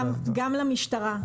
גם למשטרה.